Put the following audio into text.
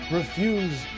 refuse